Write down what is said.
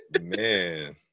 Man